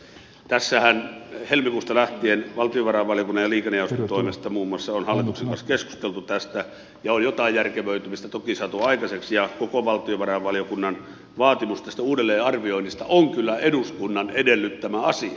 tässähän helmikuusta lähtien valtiovarainvaliokunnan ja liikennejaoston toimesta muun muassa on hallituksen kanssa keskusteltu tästä ja on jotain järkevöitymistä toki saatu aikaiseksi ja koko valtiovarainvaliokunnan vaatimus tästä uudelleenarvioinnista on kyllä eduskunnan edellyttämä asia